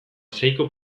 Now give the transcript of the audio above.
seiko